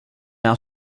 out